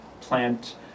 plant